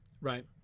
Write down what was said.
right